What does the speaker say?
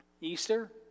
Easter